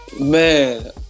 Man